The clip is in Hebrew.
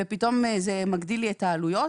ופתאום זה מגדיל לי את העלויות,